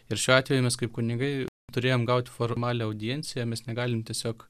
ir šiuo atveju mes kaip kunigai turėjom gaut formalią audienciją mes negalim tiesiog